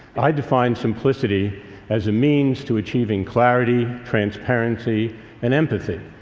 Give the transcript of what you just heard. i define simplicity as a means to achieving clarity, transparency and empathy,